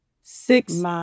six